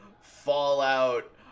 fallout